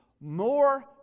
more